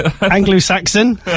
Anglo-Saxon